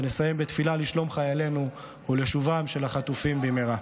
ונסיים בתפילה לשלום חיילנו ולשובם של החטופים במהרה.